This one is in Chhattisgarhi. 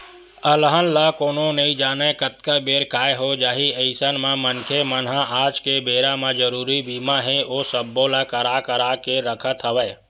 अलहन ल कोनो नइ जानय कतका बेर काय हो जाही अइसन म मनखे मन ह आज के बेरा म जरुरी बीमा हे ओ सब्बो ल करा करा के रखत हवय